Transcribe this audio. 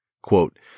Quote